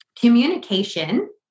communication